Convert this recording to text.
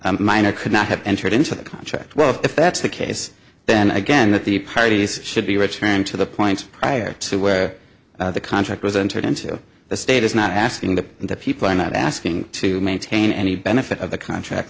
the minor could not have entered into the contract well if that's the case then again that the parties should be returned to the point prior to where the contract was entered into the state is not asking the and the people are not asking to maintain any benefit of the contract